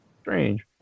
Strange